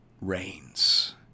reigns